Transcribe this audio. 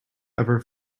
ever